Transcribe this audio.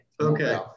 Okay